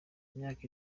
imyaka